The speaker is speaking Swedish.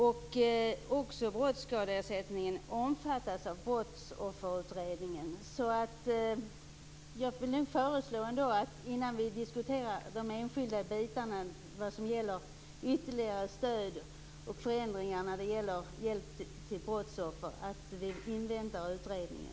Brottsskadeersättningen omfattas också av Brottsofferutredningen. Så jag vill nog ändå föreslå att innan vi diskuterar de enskilda bitarna, ytterligare stöd och förändringar när det gäller hjälp till brottsoffer, skall vi invänta utredningen.